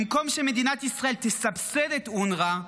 במקום שמדינת ישראל תסבסד את אונר"א,